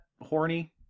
horny